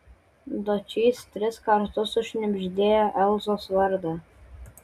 dočys tris kartus sušnibždėjo elzos vardą